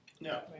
No